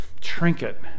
trinket